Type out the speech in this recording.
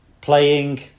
playing